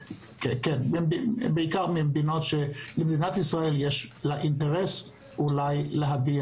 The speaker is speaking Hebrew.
בעיקר כאלו שיש למדינת ישראל אינטרס להביע